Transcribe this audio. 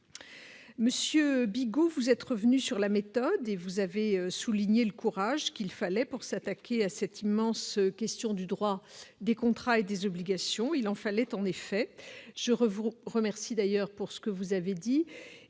Monsieur Bigot, vous êtes revenu sur la méthode et vous avez souligné le courage qu'il fallait pour s'attaquer à cette immense question du droit des contrats et des obligations, il en fallait, en effet, je revois remercie d'ailleurs pour ce que vous avez dit